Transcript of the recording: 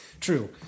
true